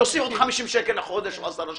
תוסיף עוד 50 שקלים לחודש או עשרה שקלים.